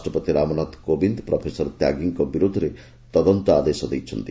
ରାଷ୍ଟ୍ରପତି ରାମନାଥ କୋବିନ୍ଦ ପ୍ରଫେସର ତ୍ୟାଗୀଙ୍କ ବିରୋଧରେ ତଦନ୍ତ ଆଦେଶ ଦେଇଛନ୍ତି